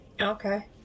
okay